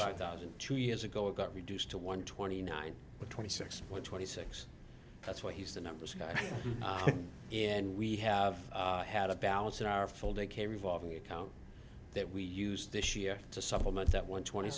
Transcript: five thousand two years ago it got reduced to one twenty nine twenty six or twenty six that's what he's the numbers guy and we have had a balance in our full day care revolving account that we use this year to supplement that one twenty